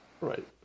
Right